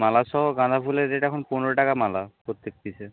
মালাসহ গাঁদা ফুলের রেট এখন পনেরো টাকা মালা প্রত্যেক পিসের